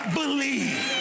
believe